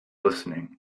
listening